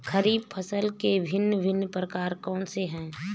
खरीब फसल के भिन भिन प्रकार कौन से हैं?